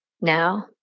now